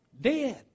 dead